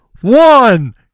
one